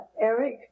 Eric